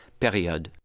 période